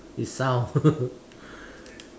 it's sound